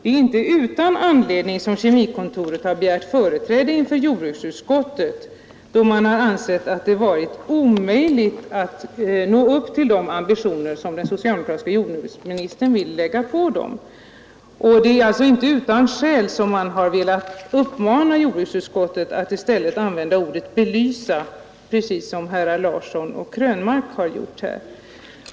Det är inte utan anledning som Kemikontoret har begärt företräde inför jordbruksutskottet, då man har ansett att det varit omöjligt att nå upp till de ambitioner som den socialdemokratiske jordbruksministern vill lägga på producenterna. Det är alltså inte utan skäl som man har velat uppmana jordbruksutskottet att använda ordet ”belysa”, precis som herrar Larsson i Borrby och Krönmark har gjort här.